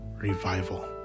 revival